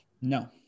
No